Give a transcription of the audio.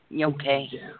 Okay